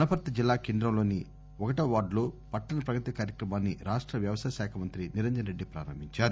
వనపర్తి జిల్లా కేంద్రంలోని ఒకటవ వార్డు లో పట్టణ ప్రగతి కార్యక్రమాన్ని రాష్ట వ్యవసాయ శాఖా మంత్రి నిరంజన్ రెడ్డి ప్రారంభించారు